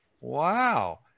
wow